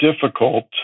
difficult